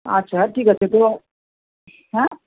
আচ্ছা ঠিক আছে তো হ্যাঁ